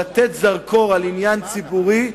לכוון זרקור אל עניין ציבורי,